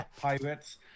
pirates